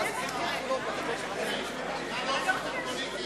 רציפות על הצעת חוק אזור התעשייה קיסריה (שיפוט וניהול),